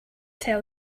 tell